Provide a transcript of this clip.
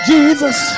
Jesus